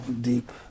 deep